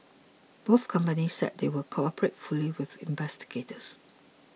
both companies said they would cooperate fully with investigators